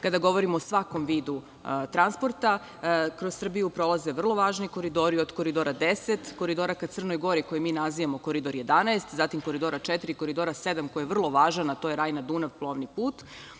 Kada govorimo o svakom vidu transporta, kroz Srbiju prolaze vrlo važni koridori, od Koridora 10, koridora ka Crnoj Gori koji mi nazivamo Koridor 11, zatim Koridora 4, Koridora 7 koji je vrlo važan, a to je Rajna-Dunav plovni put.